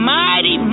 mighty